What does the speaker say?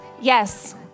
Yes